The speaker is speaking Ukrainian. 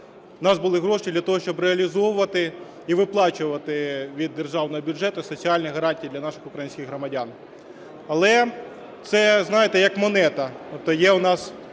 в нас були гроші для того, щоб реалізовувати і виплачувати від державного бюджету соціальні гарантії для наших українських громадян. Але це, знаєте, як монета,